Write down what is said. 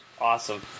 Awesome